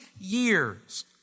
years